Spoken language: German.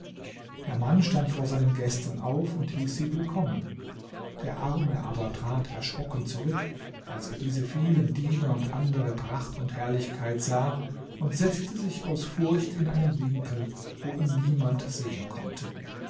der mann stand vor seinen gästen auf und hieß sie willkommen der arme aber trat erschrocken zurück als er diese vielen diener und andere pracht und herrlichkeit sah und setzte sich aus furcht in einen winkel wo ihn niemand sehen konnte